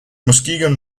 muskegon